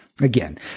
again